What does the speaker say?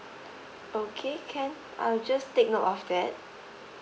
okay can I'll just take note of that